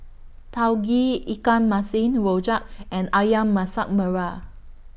Tauge Ikan Masin Rojak and Ayam Masak Merah